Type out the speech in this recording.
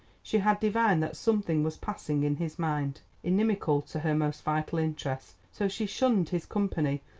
she had divined that something was passing in his mind, inimical to her most vital interests, so she shunned his company,